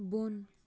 بۄن